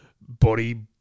body